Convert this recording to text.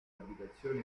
abitazioni